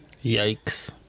yikes